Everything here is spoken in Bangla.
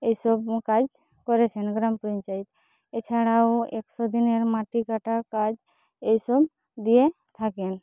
এসব কাজ করেছেন গ্রাম পঞ্চায়েত এছাড়াও একশো দিনের মাটি কাটার কাজ এই সব দিয়ে থাকেন